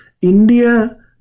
India